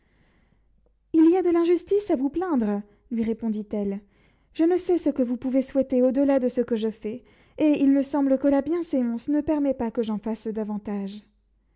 il y a de l'injustice à vous plaindre lui répondit-elle je ne sais ce que vous pouvez souhaiter au-delà de ce que je fais et il me semble que la bienséance ne permet pas que j'en fasse davantage